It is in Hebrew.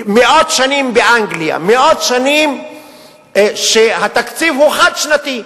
מאות שנים באנגליה, מאות שנים התקציב הוא חד-שנתי.